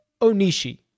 Onishi